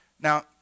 Now